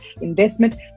Investment